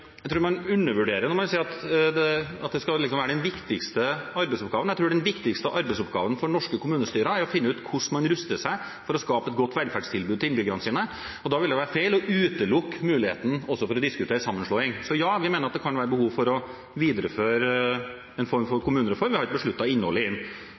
Jeg tror man undervurderer når man sier at det skal være den viktigste arbeidsoppgaven. Jeg tror den viktigste arbeidsoppgaven for norske kommunestyrer er å finne ut hvordan man ruster seg for å skape et godt velferdstilbud til innbyggerne sine, og da ville det være feil å utelukke muligheten til å diskutere sammenslåing. Så ja, vi mener det kan være behov for å videreføre en form for